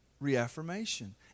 reaffirmation